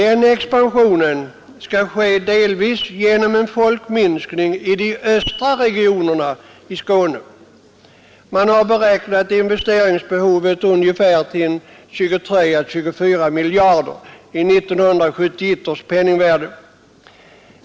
Den expansionen skall ske delvis genom en folkminskning i de östra regionerna i Skåne. Man har beräknat investeringsbehovet till 23 å 24 miljarder kronor i 1971 års penningvärde.